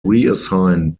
reassigned